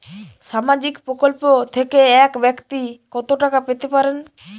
সামাজিক প্রকল্প থেকে এক ব্যাক্তি কত টাকা পেতে পারেন?